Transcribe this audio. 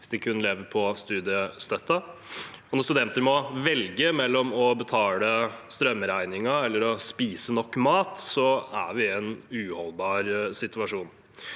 hvis de kun lever på studiestøtten. Når studenter må velge mellom å betale strømregningen og å spise nok mat, er vi i en uholdbar situasjon.